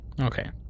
Okay